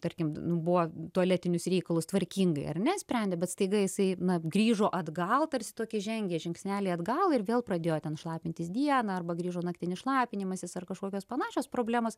tarkim nu buvo tualetinius reikalus tvarkingai ar ne sprendė bet staiga jisai na grįžo atgal tarsi tokį žengė žingsnelį atgal ir vėl pradėjo ten šlapintis dieną arba grįžo naktinis šlapinimasis ar kažkokios panašios problemos